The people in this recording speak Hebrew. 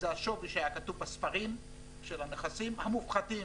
זה השווי שהיה כתוב בספרים של הנכסים המופחתים